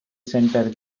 center